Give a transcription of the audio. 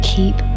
Keep